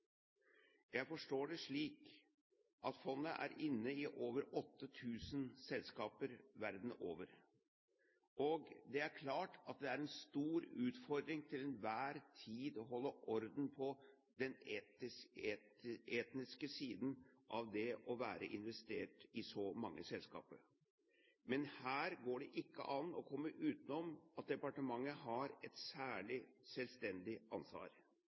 Jeg forstår det slik at fondet er inne i over 8 000 selskaper verden over, og det er klart at det er en stor utfordring til enhver tid å holde orden på den etiske siden av det å være investert i så mange selskaper. Men her går det ikke an å komme utenom at departementet har et særlig selvstendig ansvar.